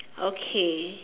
okay